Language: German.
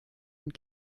und